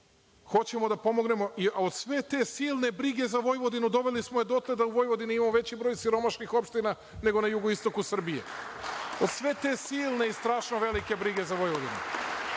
je tu razlika. Od sve te silne brige za Vojvodinu doveli smo dotle da u Vojvodini imamo veći broj siromašnih opština nego na jugoistoku Srbije, od sve te silne i strašno velike brige za Vojvodinu.